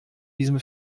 diesem